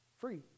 free